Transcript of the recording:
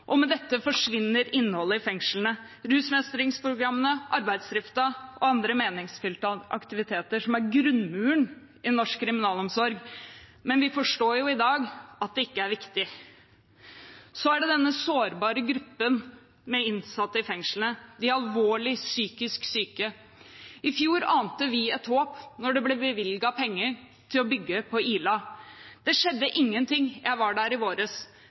kontor. Med dette forsvinner innholdet i fengslene – rusmestringsprogrammene, arbeidsdriften og andre meningsfylte aktiviteter som er grunnmuren i norsk kriminalomsorg. Men vi forstår jo i dag at det ikke er viktig. Så er det denne sårbare gruppen med innsatte i fengslene, de alvorlig psykisk syke. I fjor ante vi et håp da det ble bevilget penger til å bygge på Ila. Det skjedde ingenting. Jeg var der i vår